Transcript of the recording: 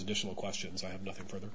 additional questions i have nothing furthe